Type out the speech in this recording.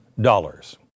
dollars